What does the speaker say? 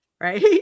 Right